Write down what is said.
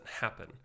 happen